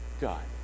God